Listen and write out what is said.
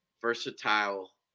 versatile